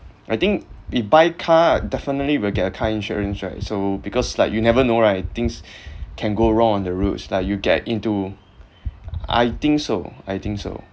I think we buy car definitely will get a car insurance right so because like you never know right things can go wrong on the roads like you get into I think so I think so